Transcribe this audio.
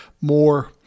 more